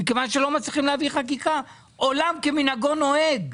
מכיוון שלא מצליחים להעביר חקיקה עולם כמנהגו נוהג.